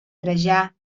trajà